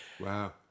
Wow